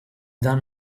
done